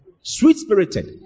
sweet-spirited